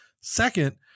Second